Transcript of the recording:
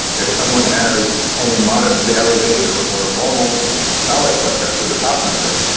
if someone has only modestly elevated or or normal systolic blood pressure, the top number,